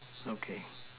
okay